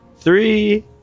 Three